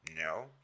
No